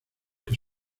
que